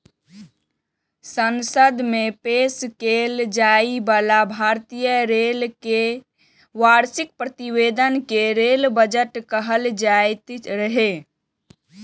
संसद मे पेश कैल जाइ बला भारतीय रेल केर वार्षिक प्रतिवेदन कें रेल बजट कहल जाइत रहै